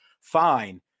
fine